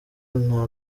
nta